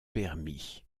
permis